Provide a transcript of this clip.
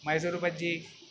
Mysuru bajji